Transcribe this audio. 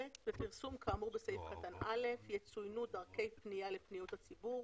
בפרסום כאמור בסעיף קטן (א) יצוינו דרכי פנייה לפניות הציבור